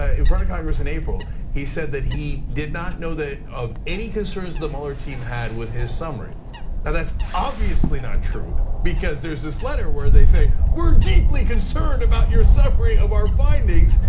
ah in front of congress in april, he said that he did not know of of any concerns the mueller team had with his summary. now that's obviously not true, because there's this letter where they say we're deeply concerned about your summary of our findings.